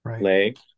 leg